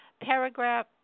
paragraph